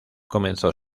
comenzó